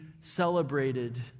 celebrated